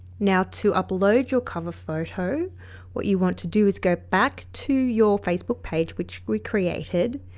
now to upload your cover photo what you want to do is go back to your facebook page which we created,